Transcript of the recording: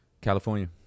California